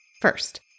First